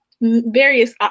various